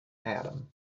adam